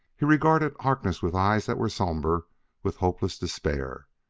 he regarded harkness with eyes that were somber with hopeless despair,